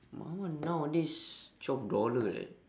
my one nowadays twelve dollar eh